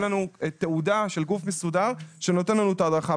לנו תעודה של גוף מסודר שנותן לנו את ההדרכה.